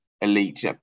elite